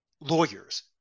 lawyers